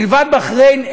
מלבד בחריין,